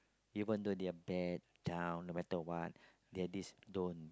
even though they're bad down no matter what they're this don't